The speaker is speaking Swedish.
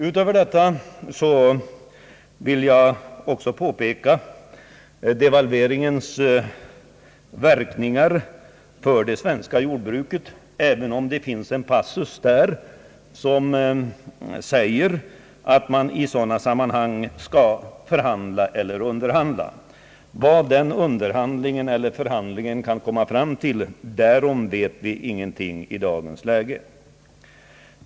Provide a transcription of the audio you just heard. Utöver detta vill jag också peka på devalveringens verkningar för det svenska jordbruket, även om det för dess del i jordbruksavtalet finns en passus om att man i sådana här sammanhang skall förhandla. Vad man kan komma fram till vid denna förhandling därom vet vi ingenting i dagens läge.